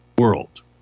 World